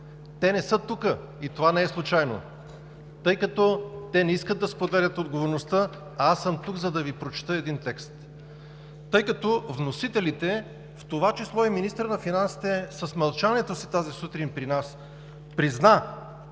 Те не са тук и това не е случайно, тъй като те не искат да споделят отговорността, а аз съм тук, за да Ви прочета един текст. Тъй като вносителите, в това число и министърът на финансите с мълчанието си тази сутрин при нас призна,